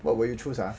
what will you choose ah